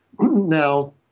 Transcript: Now